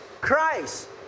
Christ